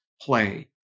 play